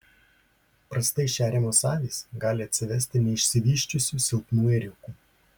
prastai šeriamos avys gali atsivesti neišsivysčiusių silpnų ėriukų